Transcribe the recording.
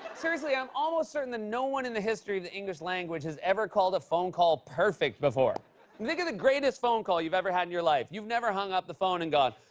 seriously, i'm almost certain that no one in the history of the english language has ever called a phone call perfect before. think of the greatest phone call you've ever had in your life. you've never hung up the phone and gone,